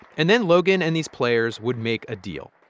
and then logan and these players would make a deal.